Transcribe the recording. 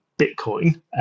Bitcoin